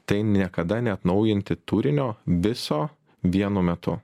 tai niekada neatnaujinti turinio viso vienu metu